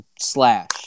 slash